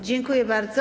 Dziękuję bardzo.